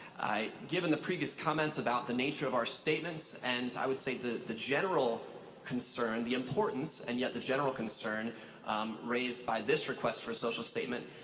given the previous comments about the nature of our statements, and i would say the the general concern, the importance and yet the general concern raised by this request for social statement,